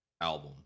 album